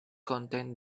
contain